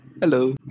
Hello